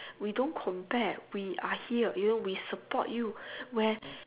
we don't compare we are here you know we support you where